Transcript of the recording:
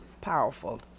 powerful